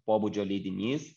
pobūdžio leidinys